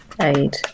aid